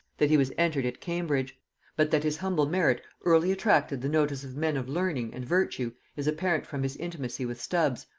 that he was entered at cambridge but that his humble merit early attracted the notice of men of learning and virtue is apparent from his intimacy with stubbs,